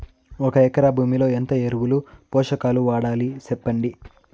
ఒక ఎకరా భూమిలో ఎంత ఎరువులు, పోషకాలు వాడాలి సెప్పండి?